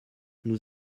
nous